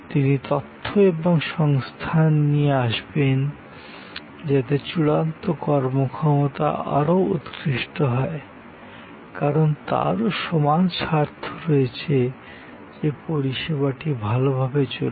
তিনি তথ্য এবং সংস্থান নিয়ে আসবেন যাতে চূড়ান্ত কর্মক্ষমতা আরও উৎকৃষ্ট হয় কারণ তারও সমান স্বার্থ রয়েছে যে পরিষেবাটি ভালভাবে চলুক